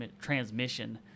transmission